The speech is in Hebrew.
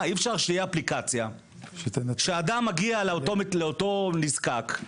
מה, אי אפשר שתהיה אפליקציה שאדם מגיע לאותו נזקק,